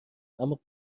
اما